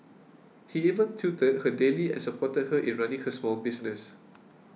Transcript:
he even tutored her daily and supported her in running her small business